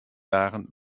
dagen